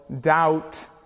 doubt